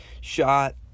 shot